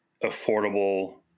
affordable